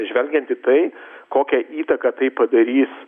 žvelgiant į tai kokią įtaką tai padarys